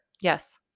Yes